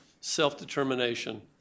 self-determination